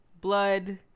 blood